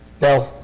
Now